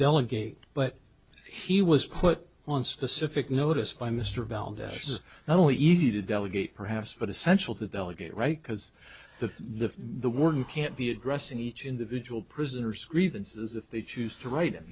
delegate but he was put on specific notice by mr valdez not only easy to delegate perhaps but essential to delegate right because the the the warden can't be addressing each individual prisoners grievances if they choose to write him